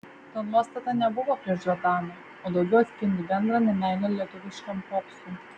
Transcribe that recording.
ta nuostata nebuvo prieš džordaną o daugiau atspindi bendrą nemeilę lietuviškam popsui